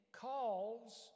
calls